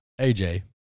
AJ